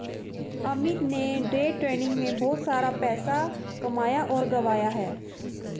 अमित ने day trading में बहुत सारा पैसा कमाया और गंवाया है